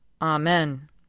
Amen